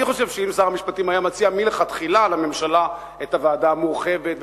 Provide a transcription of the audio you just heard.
אני חושב שאם שר המשפטים היה מציע מלכתחילה לממשלה את הוועדה המורחבת,